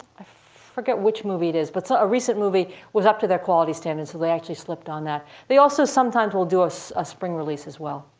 i forget which movie it is, but so a recent movie was up to their quality standards, so they actually slipped on that. they also sometimes will do us a spring release as well,